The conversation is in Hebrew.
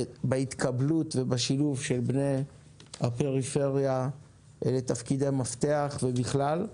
ובהתקבלות ובשילוב של בני הפריפריה לתפקידי מפתח ובכלל.